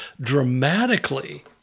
dramatically